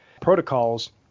protocols